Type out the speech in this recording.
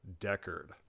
Deckard